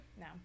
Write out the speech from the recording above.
No